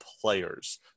players